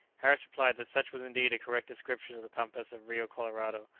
harris replied that such was indeed a correct description of the pampas of rio colorado,